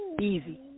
easy